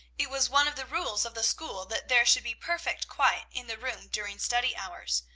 it was one of the rules of the school that there should be perfect quiet in the room during study hours,